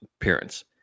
appearance